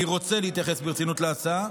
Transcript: אני רוצה להתייחס ברצינות להצעה.